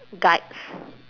guides